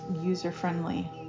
user-friendly